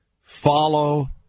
follow